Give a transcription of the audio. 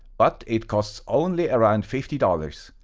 but it costs only around fifty dollars,